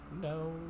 No